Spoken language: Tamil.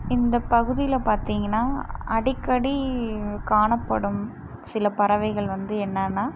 இந்த பகுதியில் பார்த்தீங்கன்னா அடிக்கடி காணப்படும் சில பறவைகள் வந்து என்னன்னா